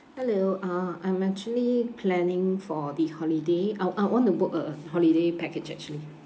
hello uh I'm actually planning for the holiday I I want to book a holiday package actually